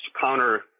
counter